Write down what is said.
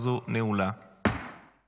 11:00.